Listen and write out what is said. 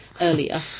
earlier